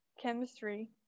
chemistry